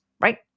right